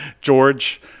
George